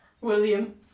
William